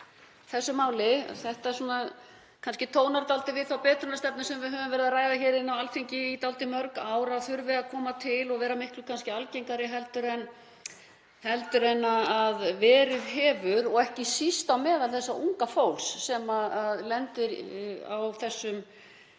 þessu máli. Þetta kannski tónar dálítið við þá betrunarstefnu sem við höfum verið að ræða hér á Alþingi í dálítið mörg ár að þurfi að koma til og vera miklu algengara heldur en verið hefur og ekki síst á meðal þessa unga fólks sem lendir í því,